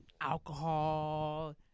Alcohol